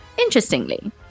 Interestingly